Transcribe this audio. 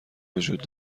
وجود